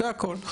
זה הכול.